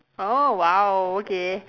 oh !wow! okay